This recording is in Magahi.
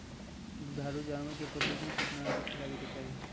दुधारू जानवर के प्रतिदिन कितना अनाज खिलावे के चाही?